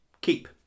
Keep